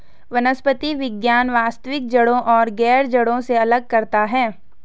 वनस्पति विज्ञान वास्तविक जड़ों को गैर जड़ों से अलग करता है